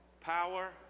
power